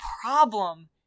problem